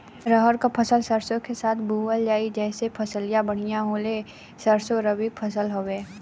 रहर क फसल सरसो के साथे बुवल जाले जैसे फसलिया बढ़िया होले सरसो रबीक फसल हवौ